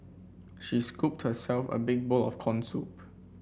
she scooped herself a big bowl of corn soup